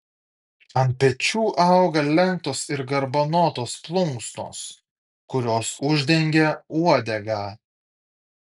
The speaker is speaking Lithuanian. ant pečių auga lenktos ir garbanotos plunksnos kurios uždengia uodegą